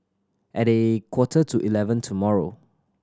at a quarter to eleven tomorrow